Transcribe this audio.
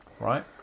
Right